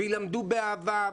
וילמדו באהבה,